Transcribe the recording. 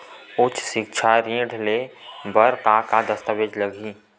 उच्च सिक्छा ऋण ले बर का का दस्तावेज लगही?